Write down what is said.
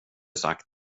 sagt